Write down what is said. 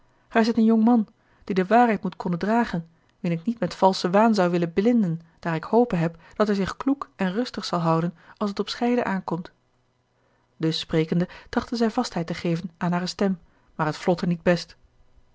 gij zijt een jonkman die de waarheid moet konnen dragen wien ik niet met valschen waan zou willen blinden daar ik hope heb dat hij zich kloek en rustig zal houden als t op scheiden aankomt a l g bosboom-toussaint de delftsche wonderdokter eel us sprekende trachtte zij vastheid te geven aan hare stem maar het vlotte niet best